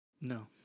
No